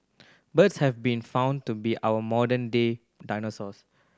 birds have been found to be our modern day dinosaurs